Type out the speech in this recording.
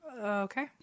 okay